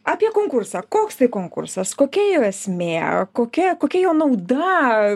apie konkursą koks tai konkursas kokia jo esmė kokia kokia jo nauda